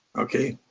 okay,